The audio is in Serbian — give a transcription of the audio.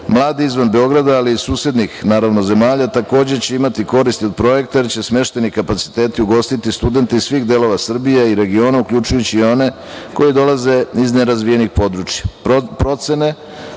izvan Beograda, ali i susednih zemalja, takođe će imati koristi od projekta, jer će smeštajni kapaciteti ugostiti studente iz svih delova Srbije i regiona, uključujući i one koji dolaze iz nerazvijenih područja. Procene